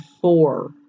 four